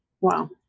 Wow